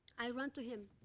i run to him,